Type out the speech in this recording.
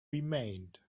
remained